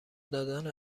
دادن